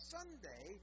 Sunday